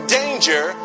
danger